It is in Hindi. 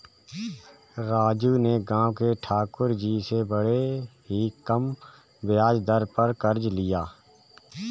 राजू ने गांव के ठाकुर जी से बड़े ही कम ब्याज दर पर कर्ज लिया